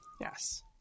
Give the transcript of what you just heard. Yes